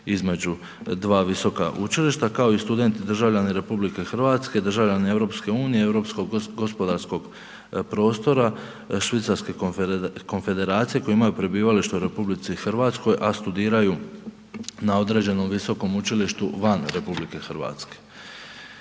između dva visoka učilišta, kao i studeni državljani RH, državljani EU, Europskog gospodarskog prostora, Švicarske Konfederacije koji imaju prebivalište u RH, a studiraju na određenom visokom učilištu van RH. Nadalje,